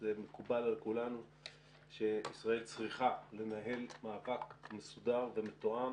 זה מקובל על כולנו שישראל צריכה לנהל מאבק מסודר ומתואם